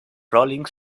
rolling